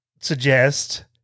suggest